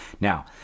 Now